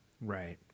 Right